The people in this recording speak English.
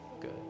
Good